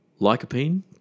Lycopene